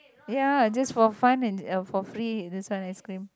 ya just for fun and and for free this one ice cream